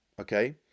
Okay